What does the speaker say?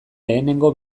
lehenengo